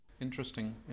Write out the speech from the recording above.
Interesting